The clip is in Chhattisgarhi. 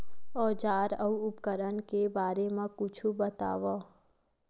औजार अउ उपकरण के बारे मा कुछु बतावव?